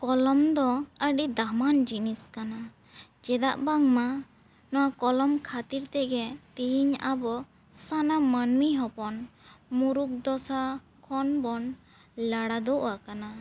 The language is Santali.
ᱠᱚᱞᱚᱢ ᱫᱚ ᱟᱹᱰᱤ ᱫᱟᱢᱟᱱ ᱡᱤᱱᱤᱥ ᱠᱟᱱᱟ ᱪᱮᱫᱟᱜ ᱵᱟᱝᱢᱟ ᱱᱚᱣᱟ ᱠᱚᱞᱚᱢ ᱠᱷᱟᱹᱛᱤᱨ ᱛᱮᱜᱮ ᱛᱤᱦᱤᱧ ᱟᱵᱚ ᱥᱟᱱᱟᱢ ᱢᱟᱹᱱᱢᱤ ᱦᱚᱯᱚᱱ ᱢᱩᱨᱩᱠ ᱫᱚᱥᱟ ᱠᱷᱚᱱ ᱵᱚᱱ ᱞᱟᱲᱟᱫᱚ ᱟᱠᱟᱱᱟ